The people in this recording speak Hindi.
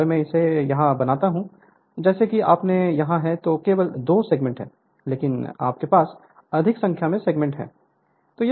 अगर मैं इसे यहाँ बनाता हूँ जैसे कि आपके यहाँ है तो यह केवल दो सेगमेंट हैं लेकिन आपके पास अधिक संख्या में सेगमेंट हैं